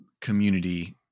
community